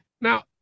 Now